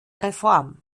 reform